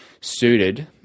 suited